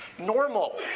normal